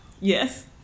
Yes